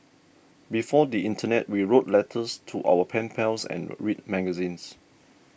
before the internet we wrote letters to our pen pals and read magazines